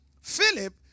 Philip